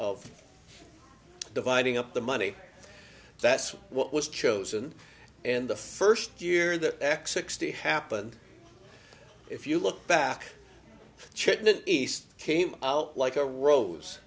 of dividing up the money that's what was chosen and the first year that x sixteen happened if you look back check the east came out like a rose